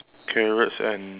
carrots and